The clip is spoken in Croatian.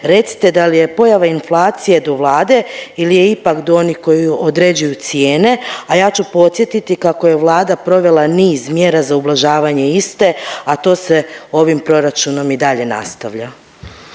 Recite da li je pojava inflacije do Vlade ili je ipak do onih koji određuju cijene, a ja ću podsjetiti kako je Vlada provela niz mjera za ublažavanje iste, a to se ovim proračunom i dalje nastavlja.